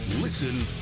listen